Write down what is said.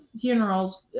funerals